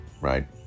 right